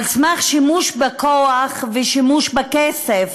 על סמך שימוש בכוח ושימוש בכסף,